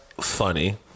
funny